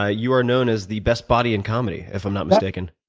ah you are known as the best body in comedy, if i'm not mistaken.